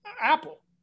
Apple